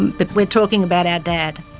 but we're talking about our dad.